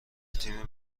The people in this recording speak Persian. تیم